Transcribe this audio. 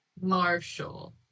Marshall